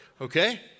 Okay